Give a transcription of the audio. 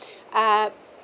uh